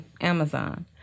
Amazon